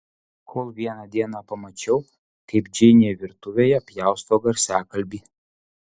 kol vieną dieną pamačiau kaip džeinė virtuvėje pjausto garsiakalbį